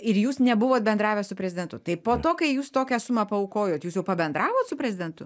ir jūs nebuvot bendravęs su prezidentu tai po to kai jūs tokią sumą paaukojot jūs jau pabendravot su prezidentu